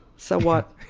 so what?